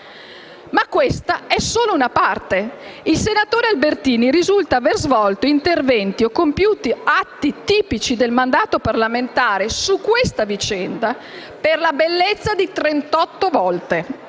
Questa è però solo una parte. Il senatore Albertini risulta aver svolto interventi o compiuto atti tipici del mandato parlamentare su questa vicenda per la bellezza di trentotto